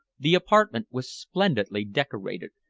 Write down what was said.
the apartment was splendidly decorated,